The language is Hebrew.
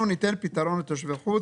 אנחנו ניתן פתרון לתושבי חוץ,